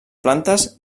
plantes